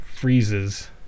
freezes